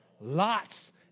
Lots